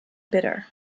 bitter